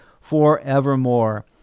forevermore